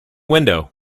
window